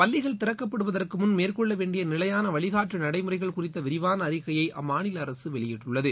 பள்ளிகள் திறக்கப்படுவதற்கு முன் மேற்கொள்ள வேண்டிய நிலையாள வழிகாட்டு நடைமுறைகள் குறித்த விரிவான அறிக்கையை அம்மாநில அரசு வெளியிட்டுள்ளது